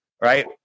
right